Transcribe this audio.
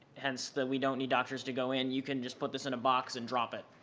hence that we don't need doctors to go in. you can just put this in a box and drop it.